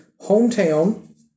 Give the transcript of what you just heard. hometown